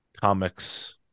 comics